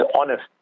honest